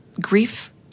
grief